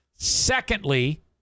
Secondly